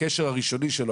הקשר הראשוני שלו,